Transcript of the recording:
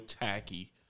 tacky